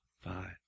five